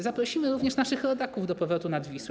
Zaprosimy również naszych rodaków do powrotu nad Wisłę.